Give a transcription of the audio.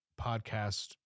podcast